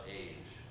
age